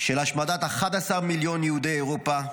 של השמדת 11 מיליון יהודי אירופה,